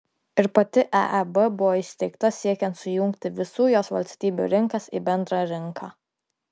ir pati eeb buvo įsteigta siekiant sujungti visų jos valstybių rinkas į bendrą rinką